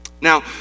Now